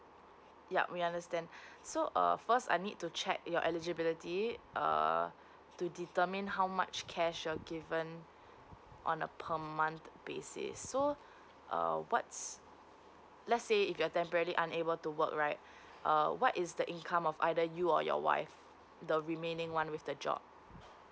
yup we understand so um first I need to check your eligibility uh to determine how much cash you're given on a per month basis so uh what's let's say if you're temporarily unable to work right uh what is the income of either you or your wife the remaining one with the job